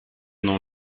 dans